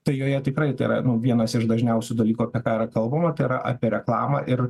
tai joje tikrai tai yra nu vienas iš dažniausių dalykų apie ką yra kalbama tai yra apie reklamą ir